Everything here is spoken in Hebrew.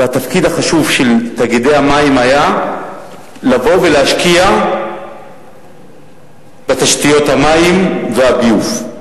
התפקיד החשוב של תאגידי המים היה לבוא ולהשקיע בתשתיות המים והביוב,